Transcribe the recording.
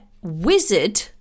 wizard